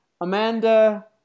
Amanda